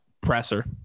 presser